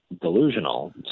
delusional